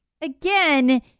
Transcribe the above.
Again